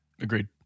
Agreed